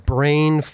Brain